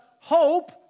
hope